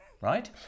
right